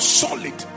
solid